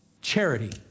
charity